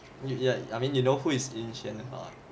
yeah I mean you know who is yun xuan